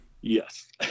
Yes